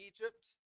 Egypt